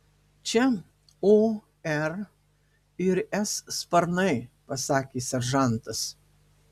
čia o r ir s sparnai pasakė seržantas